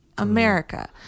america